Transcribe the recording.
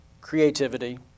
creativity